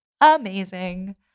amazing